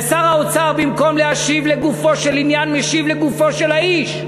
ושר האוצר במקום להשיב לגופו של עניין משיב לגופו של האיש.